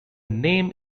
name